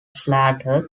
slater